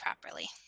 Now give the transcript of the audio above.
properly